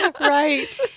Right